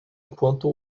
enquanto